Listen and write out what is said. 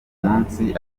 munsi